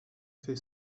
fait